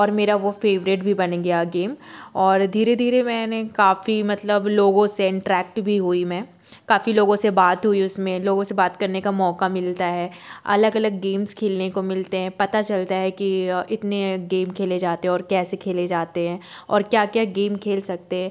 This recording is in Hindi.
और मेरा वो फे़वरेट भी बन गया गेम और धीरे धीरे मैंने काफ़ी मतलब लोगों से इंटरैक्ट भी हुई मैं काफ़ी लोगों से बात हुई उसमें लोगों से बात करने का मौका मिलता है अलग अलग गेम्स खेलने को मिलते हैं पता चलता है कि इतने गेम खेले जाते हैं और कैसे खेले जाते हैं और क्या क्या गेम खेल सकते हैं